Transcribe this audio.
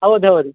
ಹೌದ್ ಹೌದು